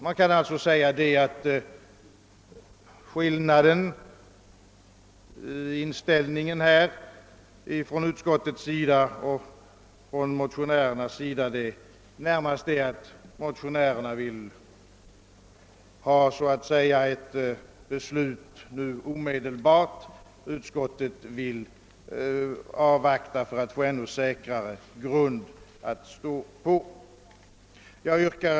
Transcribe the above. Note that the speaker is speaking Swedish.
Man kan alltså säga att skillnaden mellan utskottets och motionärernas inställning närmast är att motionärerna vill ha ett beslut omedelbart, medan utskottet vill avvakta för att få en ännu säkrare grund att stå på. Herr talman!